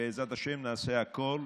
ובעזרת השם נעשה הכול,